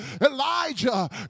Elijah